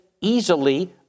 easily